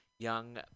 young